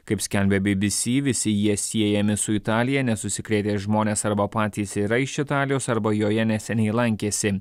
kaip skelbia bbc visi jie siejami su italija nes užsikrėtę žmonės arba patys yra iš italijos arba joje neseniai lankėsi